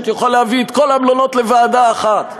יוכל להביא את כל המלונות לוועדה אחת,